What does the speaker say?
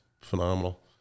phenomenal